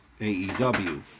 AEW